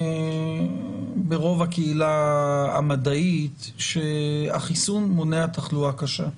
ברוב הקהילה המדעית שהחיסון מונע תחלואה קשה.